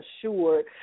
assured